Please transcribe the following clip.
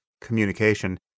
communication